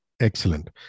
Excellent